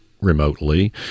remotely